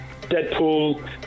Deadpool